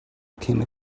became